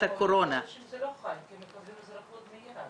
המאוד סוערים ואקוטיים שנוגעים לקורונה במדינת ישראל.